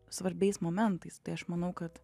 svarbiais momentais tai aš manau kad